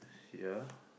yea